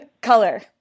Color